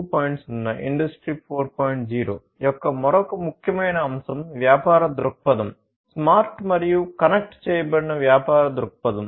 0 యొక్క మరొక ముఖ్యమైన అంశం వ్యాపార దృక్పథం స్మార్ట్ మరియు కనెక్ట్ చేయబడిన వ్యాపార దృక్పథం